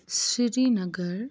Srinagar